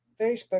Facebook